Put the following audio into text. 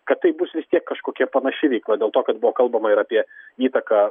kad taip bus vis tiek kažkokia panaši veikla dėl to kad buvo kalbama ir apie įtaką